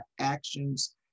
actions